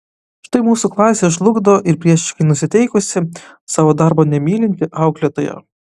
štai mūsų klasę žlugdo ir priešiškai nusiteikusi savo darbo nemylinti auklėtoja